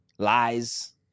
Lies